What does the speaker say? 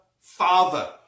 Father